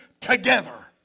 together